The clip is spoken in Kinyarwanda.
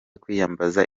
kwiyambaza